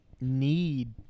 need